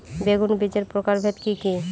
বেগুন বীজের প্রকারভেদ কি কী?